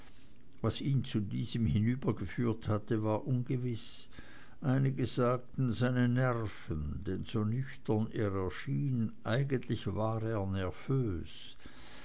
was ihn zu diesem hinübergeführt hatte war ungewiß einige sagten seine nerven denn so nüchtern er schien eigentlich war